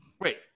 Wait